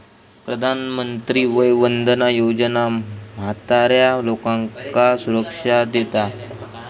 प्रधानमंत्री वय वंदना योजना म्हाताऱ्या लोकांका सुरक्षा देता